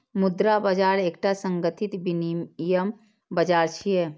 मुद्रा बाजार एकटा संगठित विनियम बाजार छियै